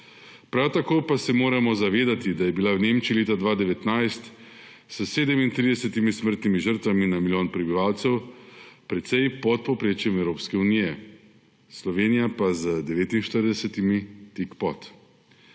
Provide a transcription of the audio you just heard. Prav tako pa se moramo zavedati, da je bila Nemčija leta 2019 s 37 smrtnimi žrtvami na milijon prebivalcev predvsem pod povprečjem Evropske unije, Slovenija pa z 49 tik pod.